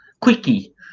quickie